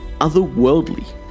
otherworldly